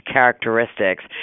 characteristics